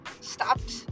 stopped